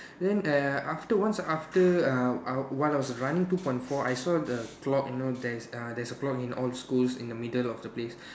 then uh after once after uh while I was running two point four I saw the clock you know there is uh there is a clock in all schools in the middle of the place